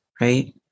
right